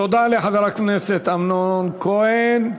תודה לחבר הכנסת אמנון כהן.